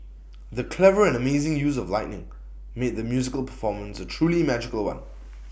the clever and amazing use of lighting made the musical performance A truly magical one